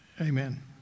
amen